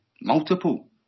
multiple